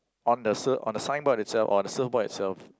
on the sur~ on the signboard itself on the surfboard itself